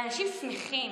לאנשים שמחים,